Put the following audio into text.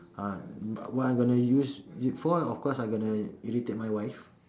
ah what I'm gonna use it for of course I gonna irritate my wife